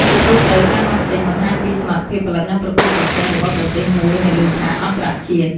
ជាទូទៅ ការនាំចេញបង្ហាញពីសមត្ថភាពផលិត និងប្រកួតប្រជែងរបស់ប្រទេសមួយនៅលើឆាកអន្តរជាតិ។